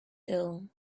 ill